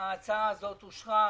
הצבעה ההצעה אושרה.